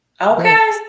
Okay